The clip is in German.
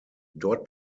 dort